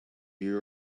you